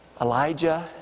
Elijah